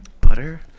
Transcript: butter